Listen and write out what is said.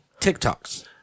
TikToks